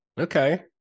Okay